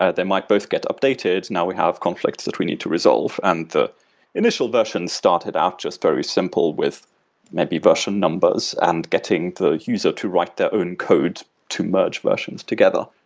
ah they might both get updated, now we have conflict that we need to resolve. and the the initial version started out just very simple with maybe version numbers and getting the user to write their own code to merge versions together.